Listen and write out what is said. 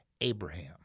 Abraham